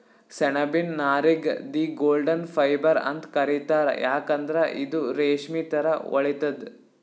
ಸೆಣಬಿನ್ ನಾರಿಗ್ the golden fibre ಅಂತ್ ಕರಿತಾರ್ ಯಾಕಂದ್ರ್ ಇದು ರೇಶ್ಮಿ ಥರಾ ಹೊಳಿತದ್